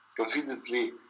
confidently